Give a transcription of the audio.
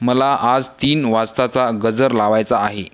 मला आज तीन वाजताचा गजर लावायचा आहे